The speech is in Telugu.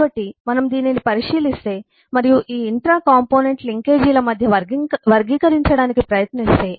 కాబట్టి మనము దీనిని పరిశీలిస్తే మరియు ఈ ఇంట్రా కాంపోనెంట్ లింకేజీల మధ్య వర్గీకరించడానికి ప్రయత్నిస్తే